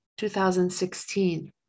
2016